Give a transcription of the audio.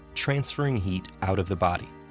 transferring heat out of the body.